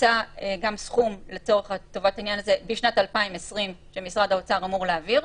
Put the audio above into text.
הוקצה גם סכום לצורך העניין הזה בשנת 2020 שמשרד האוצר אמור להעביר.